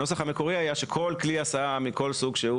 הנוסח המקורי היה שכל כלי הסעה מכל סוג שהוא